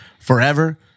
forever